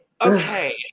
okay